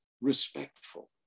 respectful